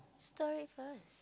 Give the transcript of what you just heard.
story first